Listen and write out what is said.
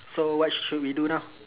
so what should we do now